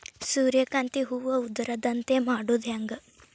ಸೂರ್ಯಕಾಂತಿ ಹೂವ ಉದರದಂತೆ ಮಾಡುದ ಹೆಂಗ್?